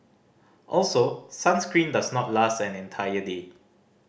also sunscreen does not last an entire day